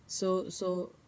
so so